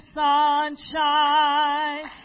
sunshine